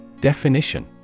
Definition